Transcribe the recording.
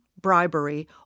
bribery